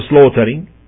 slaughtering